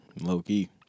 Low-key